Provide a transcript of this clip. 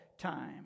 time